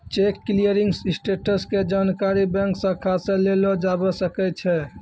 cheque clearing status के जानकारी bank शाखा से लेलो जाबै सकै छै